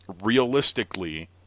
realistically